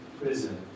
prison